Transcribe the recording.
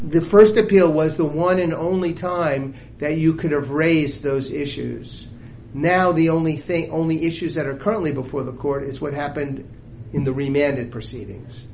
the first appeal was the one and only time they you could have raised those issues now the only think only issues that are currently before the court is what happened in the remitted proceedings